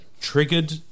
triggered